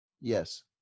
Yes